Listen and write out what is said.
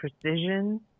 precision